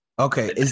Okay